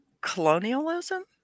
Colonialism